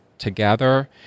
Together